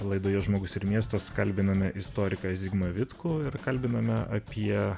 laidoje žmogus ir miestas kalbiname istoriką zigmą vitkų ir kalbiname apie